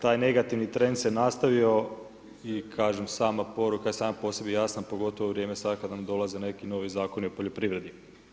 Taj, negativni trend se nastavio i kažem, sama poruka sama po sebi je jasna, pogotovo u vrijeme, sada kada nam dolaze neki novi zakoni u poljoprivredi.